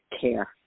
care